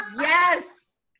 yes